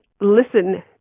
listen